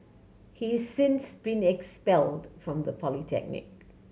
he since been expelled from the polytechnic